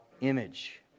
image